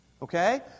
Okay